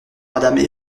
madame